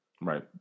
right